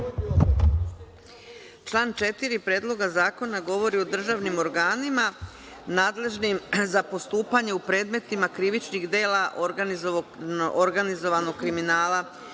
Član 4. Predloga zakona govori o državnim organima nadležnim za postupanje u predmetima krivičnih dela organizovanog kriminala